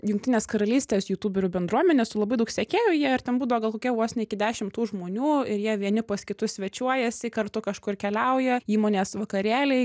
jungtinės karalystės jutūberių bendruomenė su labai daug sekėjų jie ir ten būdavo gal kokie vos ne iki dešimt tų žmonių ir jie vieni pas kitus svečiuojasi kartu kažkur keliauja įmonės vakarėliai